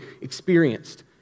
experienced